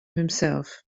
himself